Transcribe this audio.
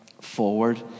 forward